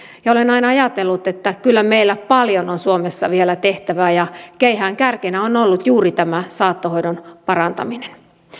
olen aina ajatellut että kyllä meillä paljon on suomessa vielä tehtävää ja keihäänkärkenä on ollut juuri tämä saattohoidon parantaminen